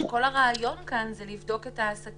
כל הרעיון כאן הוא לבדוק את העסקים